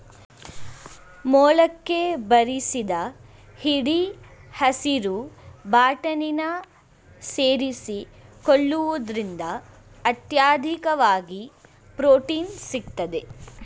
ಮೊಳಕೆ ಬರಿಸಿದ ಹಿಡಿ ಹಸಿರು ಬಟಾಣಿನ ಸೇರಿಸಿಕೊಳ್ಳುವುದ್ರಿಂದ ಅತ್ಯಧಿಕವಾಗಿ ಪ್ರೊಟೀನ್ ಸಿಗ್ತದೆ